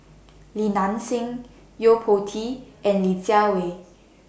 Li Nanxing Yo Po Tee and Li Jiawei